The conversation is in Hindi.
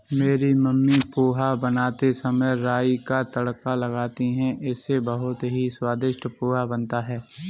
मेरी मम्मी पोहा बनाते समय राई का तड़का लगाती हैं इससे बहुत ही स्वादिष्ट पोहा बनता है